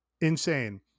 insane